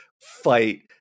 fight